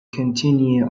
continue